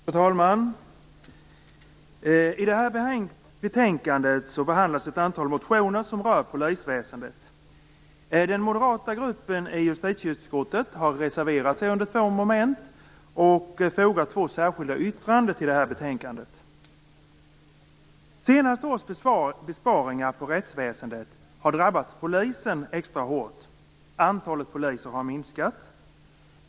Fru talman! I detta betänkande behandlas ett antal motioner som rör polisväsendet. Den moderata gruppen i justitieutskottet har reserverat sig under två moment samt fogat två särskilda yttranden till betänkandet. Senare års besparingar på rättsväsendet har drabbat polisen extra hårt. Antalet poliser har minskat.